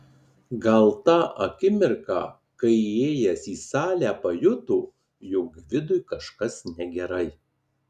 gal tą akimirką kai įėjęs į salę pajuto jog gvidui kažkas negerai